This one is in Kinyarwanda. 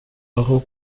aho